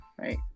Right